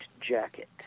jacket